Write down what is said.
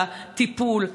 בטיפול.